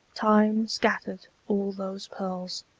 time scattered all those pearls!